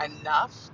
enough